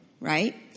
right